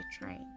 trying